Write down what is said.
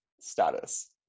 status